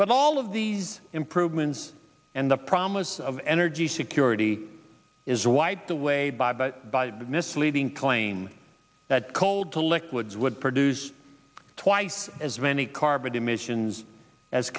but all of these improvements and the promise of energy security is wiped away by but by a bit misleading claim that cold to liquids would produce twice as many carbon emissions as